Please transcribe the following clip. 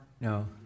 No